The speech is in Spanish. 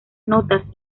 notas